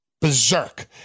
berserk